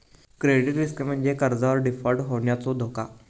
credit risk म्हणजे कर्जावर default होण्याचो धोका